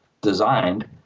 designed